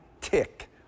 tick